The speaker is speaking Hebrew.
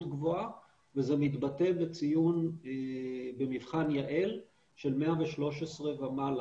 גבוהה וזה מתבטא בציון במבחן יע"ל של 113 ומעלה.